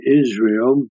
Israel